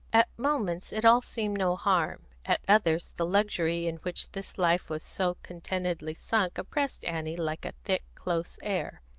at moments it all seemed no harm at others, the luxury in which this life was so contentedly sunk oppressed annie like a thick, close air.